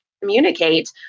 communicate